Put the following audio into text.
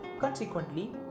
Consequently